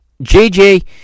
JJ